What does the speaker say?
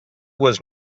was